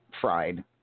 fried